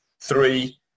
Three